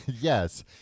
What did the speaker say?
Yes